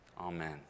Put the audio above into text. Amen